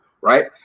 Right